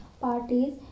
parties